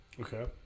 okay